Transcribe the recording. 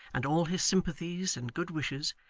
and all his sympathies and good wishes,